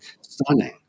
stunning